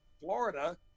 Florida